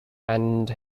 and